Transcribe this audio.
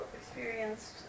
experienced